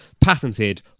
patented